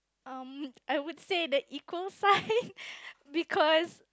um I would say the equal sign because